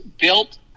built